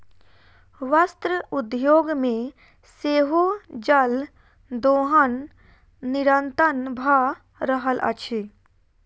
वस्त्र उद्योग मे सेहो जल दोहन निरंतन भ रहल अछि